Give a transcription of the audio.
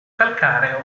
calcareo